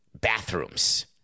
bathrooms